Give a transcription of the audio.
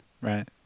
Right